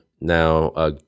now